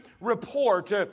report